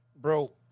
Bro